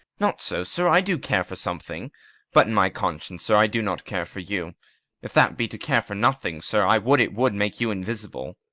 not so, sir i do care for something but in my conscience, sir, i do not care for you if that be to care for nothing, sir, i would it would make you invisible.